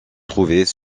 trouvait